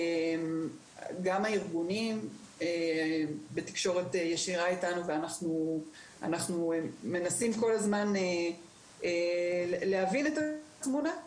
גם הארגונים בתקשורת ישירה איתנו ואנחנו מנסים כל הזמן להבין את התמונה.